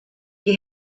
you